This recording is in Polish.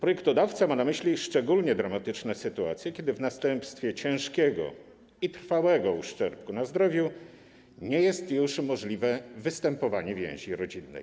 Projektodawca ma na myśli szczególnie dramatyczne sytuacje, kiedy w następstwie ciężkiego i trwałego uszczerbku na zdrowiu nie jest już możliwe występowanie więzi rodzinnej.